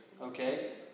okay